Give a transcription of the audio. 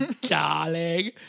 darling